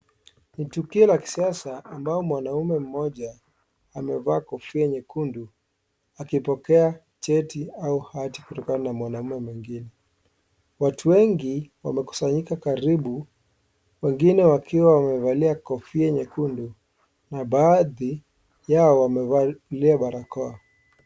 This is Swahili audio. Ni tukio la kisasa ambao mwanaume mmoja amevaa kofia nyekundu akipokea cheti au hata kutoka Kwa mwanaume mwingine . Watu wengi wamekusanyika karibu wengine wakiwa wamevalia kofia nyekundu na baadhi yao wamevalia barakoa.